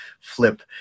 flip